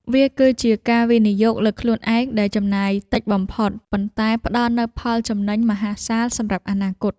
វាគឺជាការវិនិយោគលើខ្លួនឯងដែលចំណាយតិចបំផុត ប៉ុន្តែផ្ដល់នូវផលចំណេញមហាសាលសម្រាប់អនាគត។